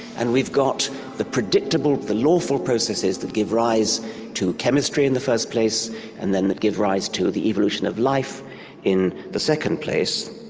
and we've got the predictable, the lawful processes that give rise to chemistry in the first place and then that give rise to the evolution of life in the second place,